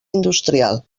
industrial